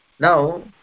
Now